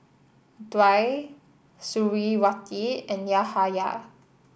Dwi Suriawati and Yahaya